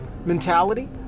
mentality